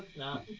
not.